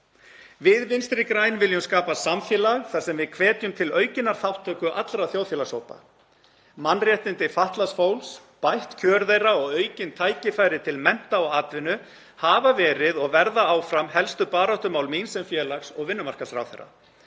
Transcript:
Við Vinstri græn viljum skapa samfélag þar sem við hvetjum til aukinnar þátttöku allra þjóðfélagshópa. Mannréttindi fatlaðs fólks, bætt kjör þess og aukin tækifæri til mennta og atvinnu hafa verið og verða áfram helstu baráttumál mín sem félags- og vinnumarkaðsráðherra.